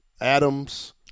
Adams